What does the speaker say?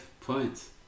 points